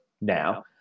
now